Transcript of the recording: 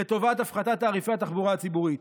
לטובת הפחתת תעריפי התחבורה הציבורית.